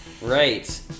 Right